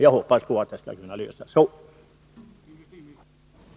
Jag hoppas att frågan skall kunna lösas på den vägen.